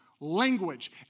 Language